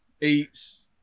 Eats